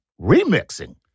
remixing